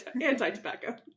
anti-tobacco